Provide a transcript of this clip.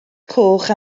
coch